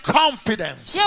confidence